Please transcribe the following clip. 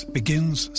begins